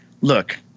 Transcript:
Look